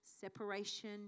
separation